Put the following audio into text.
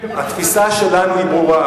התפיסה שלנו היא ברורה,